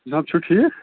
جناب چھِو ٹھیٖک